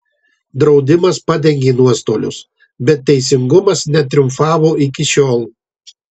draudimas padengė nuostolius bet teisingumas netriumfavo iki šiol